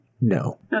No